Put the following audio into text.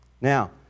Now